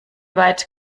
weit